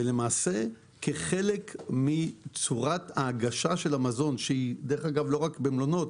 ולמעשה כחלק מצורת ההגשה של המזון ודרך אגב היא לא רק במלונות,